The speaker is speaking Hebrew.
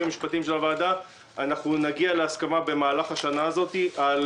המשפטיים של הוועדה נגיע להסכמה במהלך השנה הזאת על